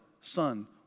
Son